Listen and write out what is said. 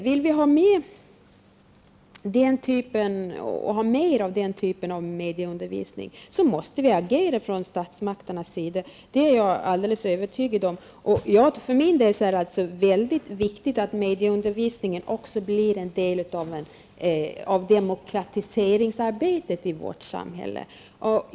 Vill vi ha mer av den typen av medieundervisning, måste vi från statsmakternas sida agera. Det är jag alldeles övertygad om. För min del är det mycket viktigt att också medieundervisningen blir en del av demokratiseringsarbetet i vårt samhälle.